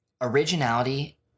originality